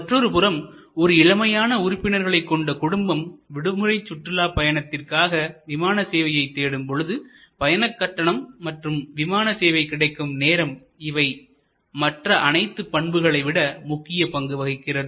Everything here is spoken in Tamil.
மற்றொருபுறம் ஒரு இளமையான உறுப்பினர்களைக் கொண்ட குடும்பம் விடுமுறை சுற்றுலாப் பயணத்திற்காக விமான சேவையை தேடும்பொழுது பயணக்கட்டணம் மற்றும் விமான சேவை கிடைக்கும் நேரம் இவை மற்ற அனைத்து பண்புகளை விட முக்கிய பங்கு வகிக்கிறது